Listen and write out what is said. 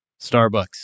Starbucks